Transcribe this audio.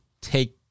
take